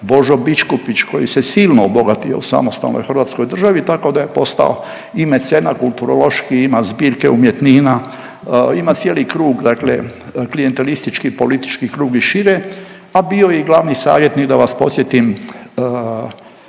Božo Biškupić koji se silno obogatio u samostalnoj Hrvatskoj državi tako da je postao i mecena kulturološki. Ima zbirke umjetnina, ima cijeli krug dakle klijentelistički i politički krug i šire, a bio je i glavni savjetnik da vas podsjetim